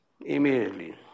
immediately